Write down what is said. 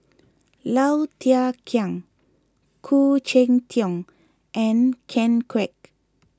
Low Thia Khiang Khoo Cheng Tiong and Ken Kwek